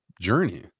journey